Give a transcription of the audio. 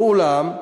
ואולם,